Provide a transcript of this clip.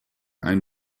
ein